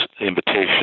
invitation